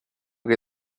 que